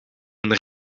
een